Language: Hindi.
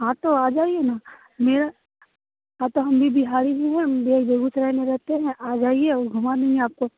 हाँ तो आ जाइए ना मेरा हाँ तो हम भी बिहारी ही हैं हम बेगूसराय में रहते हैं आ जाइए और घुमा देंगे आपको